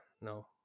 No